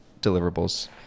deliverables